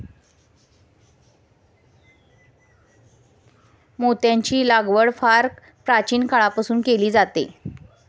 मोत्यांची लागवड फार प्राचीन काळापासून केली जाते